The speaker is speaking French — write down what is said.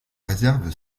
réserve